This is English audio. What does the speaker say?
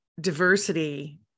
diversity